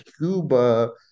Cuba